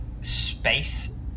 space